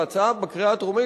בהצעה בקריאה הטרומית,